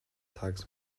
tages